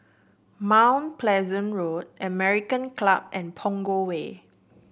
Mount Pleasant Road American Club and Punggol Way